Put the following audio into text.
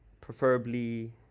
Preferably